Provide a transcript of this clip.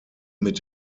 mit